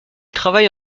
travaille